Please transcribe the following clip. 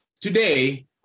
today